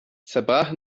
zerbrach